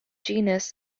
genus